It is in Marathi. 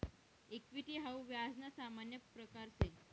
इक्विटी हाऊ व्याज ना सामान्य प्रकारसे